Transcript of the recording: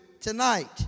tonight